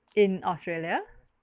in australia